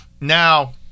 Now